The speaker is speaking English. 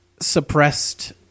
suppressed